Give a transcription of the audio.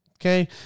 okay